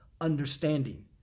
understanding